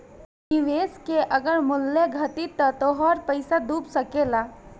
निवेश के अगर मूल्य घटी त तोहार पईसा डूब सकेला